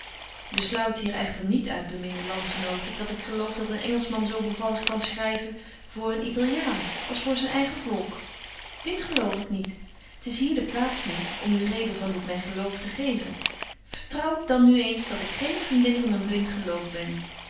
besluit hier echter niet uit beminde landgenoten dat ik geloof dat een engelschman zo bevallig kan schryven voor een italiaan als voor zyn eigen volk dit geloof ik niet t is hier de plaats niet om u reden van dit myn geloof te geven vertrouwt dan nu eens dat ik geen vriendin van een blint geloof ben